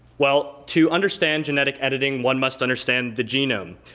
well to understand genetic editing, one must understand the genome,